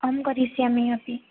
अहं करिष्यामि अपि